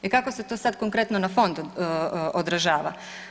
E kako se to sad konkretno na fond odražava?